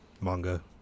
Manga